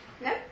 No